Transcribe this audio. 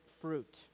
fruit